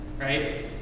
right